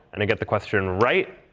and i get the question right,